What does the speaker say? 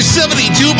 72